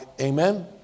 Amen